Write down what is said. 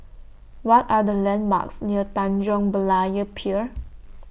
What Are The landmarks near Tanjong Berlayer Pier